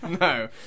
no